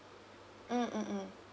mm mm mm